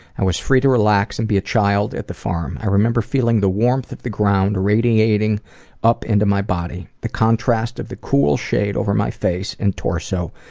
i was free to relax and be a child at the farm. i remember feeling the warmth of the ground radiating up into my body, the contrast of the cool shade over my face and torso,